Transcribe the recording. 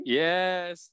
yes